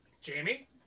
jamie